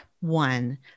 one